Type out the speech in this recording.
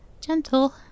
Gentle